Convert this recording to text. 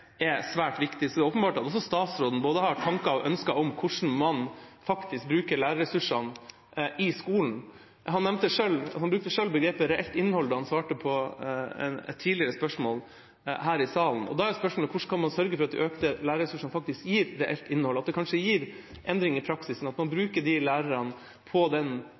er svært viktige. Så det er åpenbart at også statsråden har både tanker og ønsker om hvordan man faktisk bruker lærerressursene i skolen. Han brukte selv begrepet «reelt innhold» da han svarte på et tidligere spørsmål her i salen. Da er spørsmålet: Hvordan kan man sørge for at de økte lærerressursene faktisk gir reelt innhold, at det kanskje gir endring i praksisen, at man bruker de lærerne på den